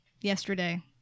yesterday